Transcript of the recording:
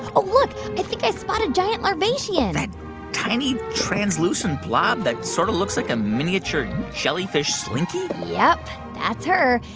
ah look. i think i spot a giant larvacean that and tiny translucent blob that sort of looks like a miniature jellyfish slinky? yep, that's her.